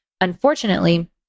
Unfortunately